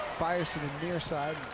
fires to the near side,